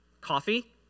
coffee